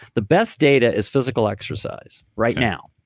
the best data is physical exercise, right now.